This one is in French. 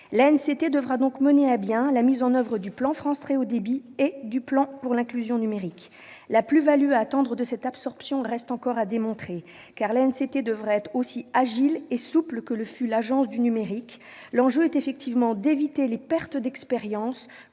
devra mener à bien la mise en oeuvre du plan France Très haut débit et du plan pour l'inclusion numérique. La plus-value à attendre de cette absorption reste encore à démontrer, car l'ANCT devra être aussi agile et souple que le fut l'Agence du numérique. L'enjeu est d'éviter les pertes d'expérience